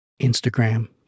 Instagram